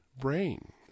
brain